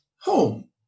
home